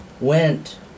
went